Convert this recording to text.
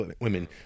women